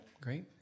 Great